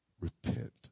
Repent